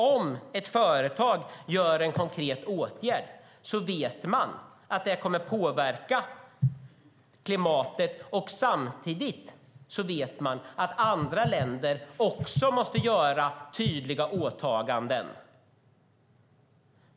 Om ett företag gör en konkret åtgärd vet de att det kommer att påverka klimatet. Samtidigt vet de att andra länder också måste göra tydliga åtaganden.